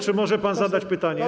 Czy może pan zadać pytanie?